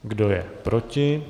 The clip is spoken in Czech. Kdo je proti?